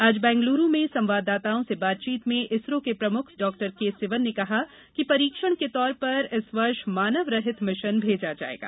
आज बेंगलुरु में संवाददाताओं से बातचीत में इसरो के प्रमुख डॉक्टर के सिवन ने कहा कि परीक्षण के तौर पर इस वर्ष मानव रहित मिशन भेजा जायेगा